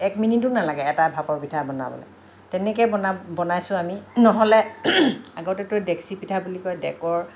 একমিনিটো নালাগে এটা ভাপৰ পিঠা বনাবলে তেনেকেই বনাইছোঁ আমি নহ'লে আগতেটো ডেক্সি পিঠা বুলি কয় ডেকৰ